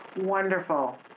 Wonderful